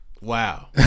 Wow